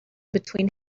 between